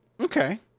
Okay